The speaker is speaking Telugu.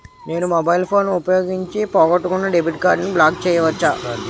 నేను మొబైల్ ఫోన్ ఉపయోగించి పోగొట్టుకున్న డెబిట్ కార్డ్ని బ్లాక్ చేయవచ్చా?